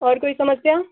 और कोई समस्या